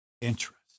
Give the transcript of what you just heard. interest